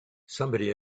somebody